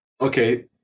okay